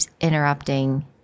interrupting